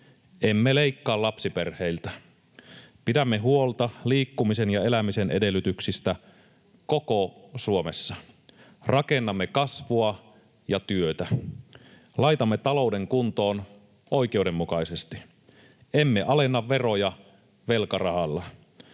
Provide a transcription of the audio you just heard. Emme leikkaa lapsiperheiltä. Pidämme huolta liikkumisen ja elämisen edellytyksistä koko Suomessa. Rakennamme kasvua ja työtä. Laitamme talouden kuntoon oikeudenmukaisesti. Emme alenna veroja velkarahalla.